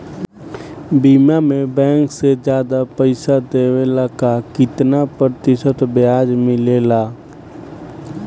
बीमा में बैंक से ज्यादा पइसा देवेला का कितना प्रतिशत ब्याज मिलेला?